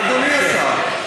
אדוני השר,